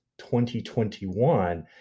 2021